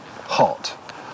hot